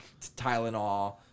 Tylenol